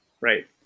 right